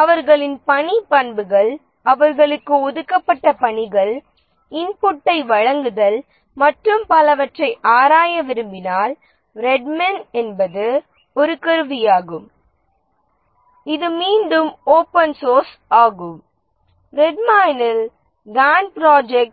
அவர்களின் பணி பண்புகள் அவர்களுக்கு ஒதுக்கப்பட்ட பணிகள் இன்புட்டை வழங்குதல் மற்றும் பலவற்றை ஆராய விரும்பினால்ரெட்மைன் என்பது ஒரு கருவியாகும் இது மீண்டும் ஓபன் சோர்ஸ் ஆகும் ரெட்மைனில் காண்ட் ப்ராஜெக்ட்